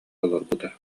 олорбута